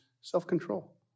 self-control